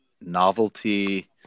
novelty